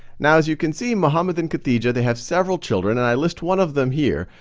now, as you can see, muhammad and khadijah, they have several children, and i list one of them here,